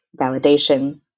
validation